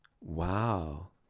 Wow